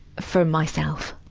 from myself.